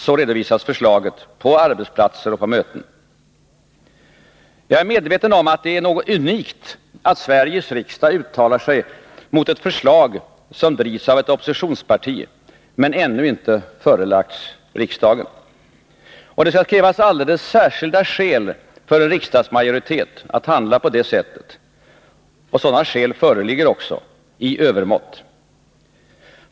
Så redovisas förslaget på arbetsplatser och möten. Jag är medveten om att det är något unikt att Sveriges riksdag uttalar sig mot ett förslag som drivs av ett oppositionsparti men ännu inte förelagts riksdagen. Det skall krävas alldeles särskilda skäl för en riksdagsmajoritet att handla på detta sätt. Sådana skäl föreligger också — i övermått.